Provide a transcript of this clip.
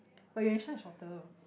but Yuan-Sheng shorter